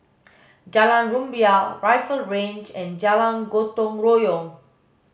Jalan Rumbia Rifle Range and Jalan Gotong Royong